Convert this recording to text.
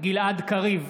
גלעד קריב,